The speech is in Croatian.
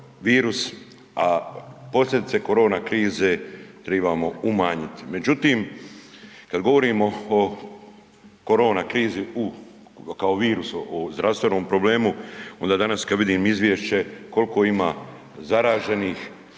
a posljedice korona krize tribamo umanjiti. Međutim, kad govorimo o korona krizi u, kao virusu u zdravstvenom problemu onda danas kad vidim izvješće koliko ima zaraženih,